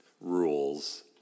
rules